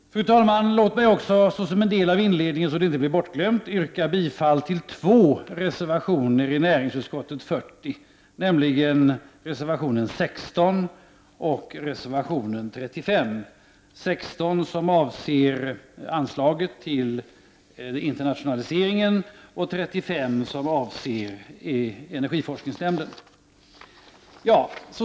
Fru talman! Låt mig också såsom en del av inledningen, så att det inte blir bortglömt, yrka bifall till två reservationer till näringsutskottets betänkande nr 40, nämligen reservation 16 och reservation 35. Reservation 16 avser anslaget till internationaliseringen, och reservation 35 avser energiforskningsnämnden.